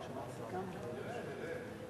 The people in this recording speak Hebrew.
נראה, נראה.